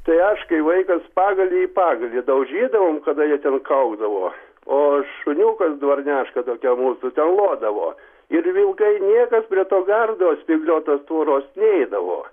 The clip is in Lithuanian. tai aš kai vaikas pagalį į pagalį daužydavom kada jie ten kaukdavo o šuniukas dvarniaška tokia mūsų ten lodavo ir vilkai niekas prie to gardo spygliuotos tvoros neidavo